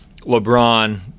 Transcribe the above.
lebron